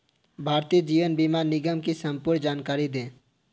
भारतीय जीवन बीमा निगम की संपूर्ण जानकारी दें?